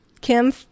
Kim